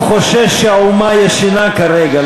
הוא חושש שהאומה ישנה כרגע,